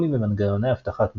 פרוטוקולים ומנגנוני אבטחת מידע,